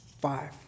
Five